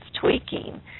tweaking